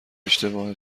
اشتباه